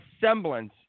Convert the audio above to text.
semblance